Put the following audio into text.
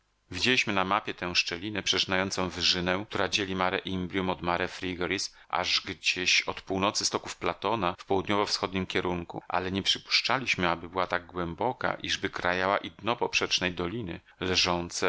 widzieliśmy na mapie tę szczelinę przerzynającą wyżynę która dzieli mare imbrium od mare frigoris aż gdzieś od północnych stoków platona w południowo wschodnim kierunku ale nie przypuszczaliśmy aby była tak głęboka iżby krajała i dno poprzecznej doliny leżące